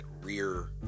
rear